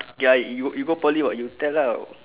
ya you you go poly [what] you tell lah